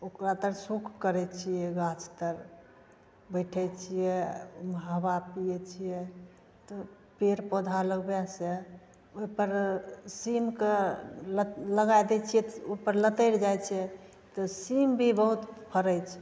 ओकरा तक सुख करैत छियै गाछ कऽ तर बैठै छियै हबा पीयै छियै तऽ ओ पेड़ पौधा लगबै से ओहिपर सीमके लगा दै छियै ओहिपर लतरि जाइत छै तऽ सीम भी बहुत फड़ैत छै